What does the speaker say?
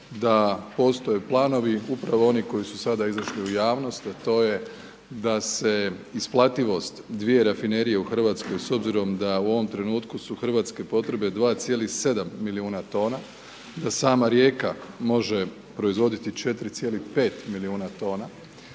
da postoje planovi, upravo oni koji su sada izašli u javnost, a to je da se isplativost dvije Rafinerije u RH s obzirom da ovom trenutku su hrvatske potrebe 2,7 milijuna tona, da sama Rijeka može proizvoditi 4,5 milijuna tona